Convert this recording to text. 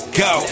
go